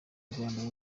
rwanda